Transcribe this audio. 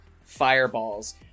fireballs